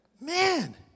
man